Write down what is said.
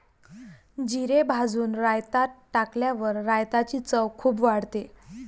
जिरे भाजून रायतात टाकल्यावर रायताची चव खूप वाढते